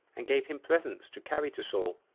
and gave him presents to carry to saul.